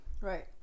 Right